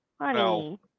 honey